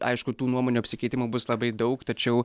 aišku tų nuomonių apsikeitimo bus labai daug tačiau